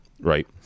right